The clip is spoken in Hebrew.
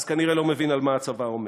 כנראה אינו מבין על מה הצבא עומד.